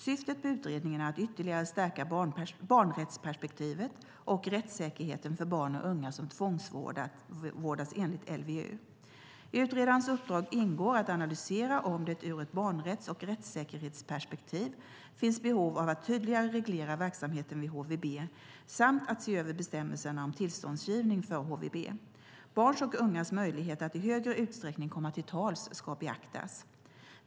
Syftet med utredningen är att ytterligare stärka barnrättsperspektivet och rättssäkerheten för barn och unga som tvångsvårdas enligt LVU. I utredarens uppdrag ingår att analysera om det ur ett barnrätts och rättssäkerhetsperspektiv finns behov av att tydligare reglera verksamheten vid HVB samt att se över bestämmelserna om tillståndsgivning för HVB. Barns och ungas möjlighet att i högre utsträckning komma till tals ska beaktas.